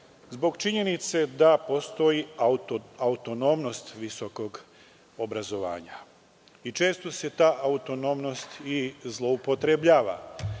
zbog činjenice da postoji autonomnost visokog obrazovanja. Često se ta autonomnost i zloupotrebljava